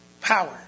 power